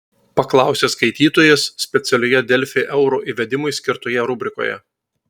paklausė skaitytojas specialioje delfi euro įvedimui skirtoje rubrikoje